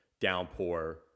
downpour